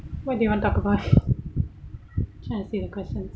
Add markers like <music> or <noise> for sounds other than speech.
what do you want to talk about <laughs> should I say the questions